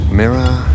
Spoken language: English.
mirror